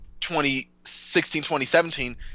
2016-2017